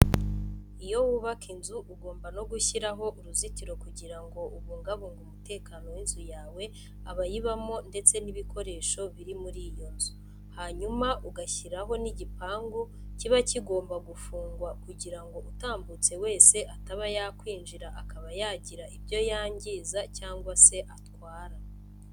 Iyo wubaka inzu ugomba no gushyiraho uruzitiro kugira ngo ubungabunge umutekano w'inzu yawe abayibamo ndetse n'ibikoresho biri muri iyo nzu. Hanyuma ugashyiraho n'igipangu kiba kigomba gufungwa kugira ngo utambutse wese ataba yakwinjira akaba yagira ibyo yangiza cyangwa se atwara.